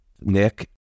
Nick